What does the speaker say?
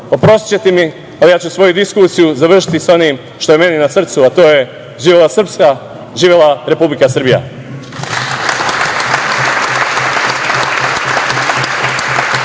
oprostićete mi, ali ja ću svoju diskusiju završiti sa onim što je meni na srcu, a to je – živela Srpska, živela Republika Srbija!